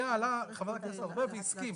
במליאה עלה חבר הכנסת ארבל והסכים.